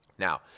Now